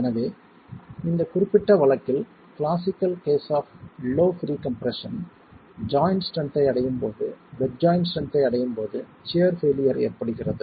எனவே இந்த குறிப்பிட்ட வழக்கில் classical case of low pre compression joint strength ஐ அடையும் போது பெட் ஜாய்ண்ட் ஸ்ட்ரென்த் ஐ அடையும் போது சியர் பெயிலியர் ஏற்படுகிறது